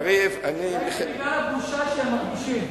אולי זה בגלל הבושה שהם מרגישים.